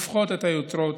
עמותת הופכות את היוצרות,